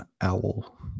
owl